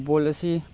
football ꯑꯁꯤ